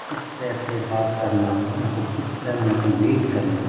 کس طرح سے بات کرنا ان کو کس طرح موٹیویٹ کرنا